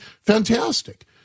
Fantastic